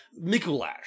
Mikulash